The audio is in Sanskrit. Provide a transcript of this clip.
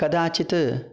कदाचित्